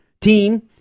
team